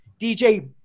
dj